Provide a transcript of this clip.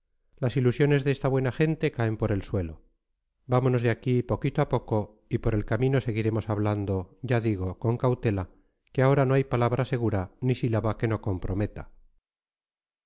las ilusiones de esta buena gente caen por el suelo vámonos de aquí poquito a poco y por el camino seguiremos hablando ya digo con cautela que ahora no hay palabra segura ni sílaba que no comprometa